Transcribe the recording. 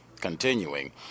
continuing